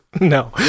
No